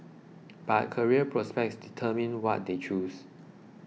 but career prospects determined what they chose